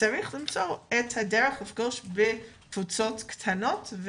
צריך למצוא את הדרך לפגוש בקבוצות קטנות,